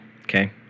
Okay